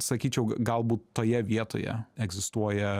sakyčiau galbūt toje vietoje egzistuoja